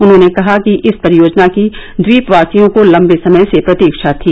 उन्होंने कहा कि इस परियोजना की द्वीपवासियों को लंबे समय से प्रतीक्षा थी